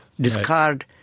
discard